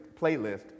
Playlist